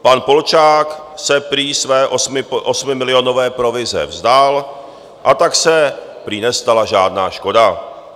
Pan Polčák se prý své osmimilionové provize vzdal, a tak se prý nestala žádná škoda.